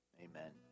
Amen